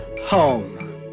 home